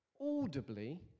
audibly